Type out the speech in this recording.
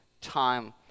time